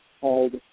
called